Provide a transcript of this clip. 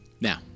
Now